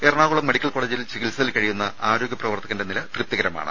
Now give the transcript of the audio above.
Ernakulam medical കോളേജിൽ ചികിത്സയിൽ കഴിയുന്ന ആരോഗ്യപ്രവർത്തകന്റെ നില തൃപ്തികരമാണ്